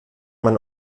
man